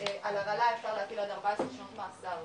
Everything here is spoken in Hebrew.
על הרעלה אפשר להטיל עד 14 שנות מאסר.